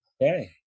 Okay